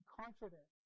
confident